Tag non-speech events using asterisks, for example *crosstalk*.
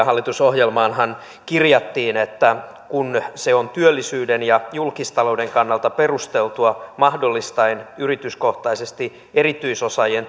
*unintelligible* hallitusohjelmaanhan kirjattiin että kun se on työllisyyden ja julkistalouden kannalta perusteltua mahdollistaen yrityskohtaisesti erityisosaajien *unintelligible*